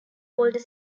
older